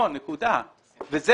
דבר